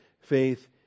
faith